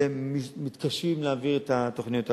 והם מתקשים להעביר את התוכניות הללו.